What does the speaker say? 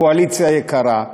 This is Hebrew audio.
קואליציה יקרה,